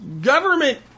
Government